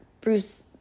Bruce